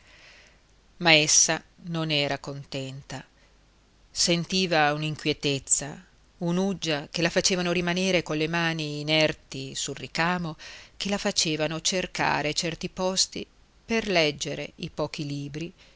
essa non era contenta sentiva un'inquietezza un'uggia che la facevano rimanere colle mani inerti sul ricamo che la facevano cercare certi posti per leggere i pochi libri